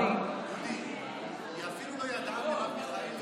דודי, היא אפילו לא ידעה, מירב מיכאלי